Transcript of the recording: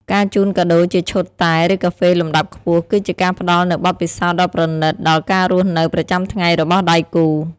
ការជូនកាដូជាឈុតតែ ឬកាហ្វេលំដាប់ខ្ពស់ គឺជាការផ្ដល់នូវបទពិសោធន៍ដ៏ប្រណីតដល់ការរស់នៅប្រចាំថ្ងៃរបស់ដៃគូ។